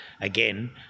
again